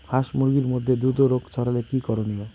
হাস মুরগির মধ্যে দ্রুত রোগ ছড়ালে কি করণীয়?